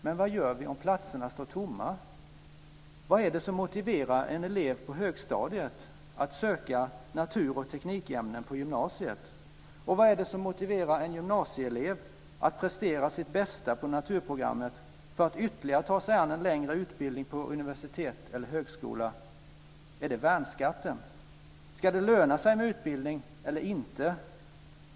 Men vad gör vi om platserna står tomma? Vad är det som motiverar en elev på högstadiet att söka natur och teknikämnen på gymnasiet? Vad är det som motiverar en gymnasieelev att prestera sitt bästa på naturprogrammet för att ytterligare ta sig an en längre utbildning på universitet eller högskola? Är det värnskatten? Ska det löna sig med utbildning eller inte?